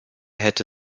hätte